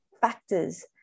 factors